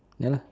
ya lah